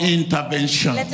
intervention